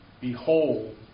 Behold